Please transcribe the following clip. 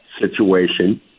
situation